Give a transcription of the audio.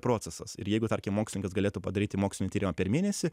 procesas ir jeigu tarkim mokslininkas galėtų padaryti mokslinį tyrimą per mėnesį